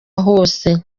hose